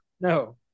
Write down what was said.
No